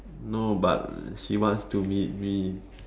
no but she wants to meet me